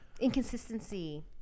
inconsistency